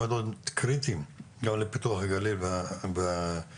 מאוד קריטיים גם לפיתוח הגליל וההתפתחות